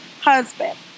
husband